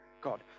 God